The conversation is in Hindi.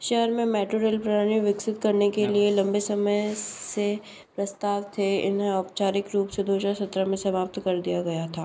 शहर मे मेट्रो रेल प्रणाली विकसित करने के लिए लंबे समय से प्रस्ताव थे इन्हें औपचारिक रूप से दो हज़ार सत्रह मे समाप्त कर दिया गया था